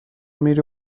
میری